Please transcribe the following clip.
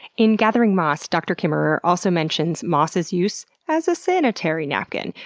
in gathering moss, dr. kimmerer also mentions moss's use as a sanitary napkin,